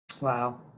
Wow